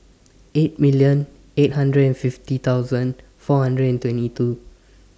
six eight hundred and fifty four hundred and twenty two